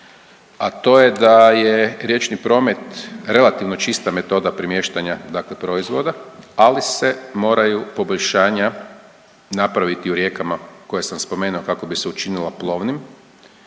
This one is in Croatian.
a to je da je riječni promet relativno čista metoda premiještanja, dakle proizvoda ali se moraju poboljšanja napraviti u rijekama koje sam spomenuo kako bi se učinila plovnim